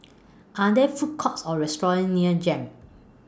Are There Food Courts Or restaurants near Jem